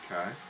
Okay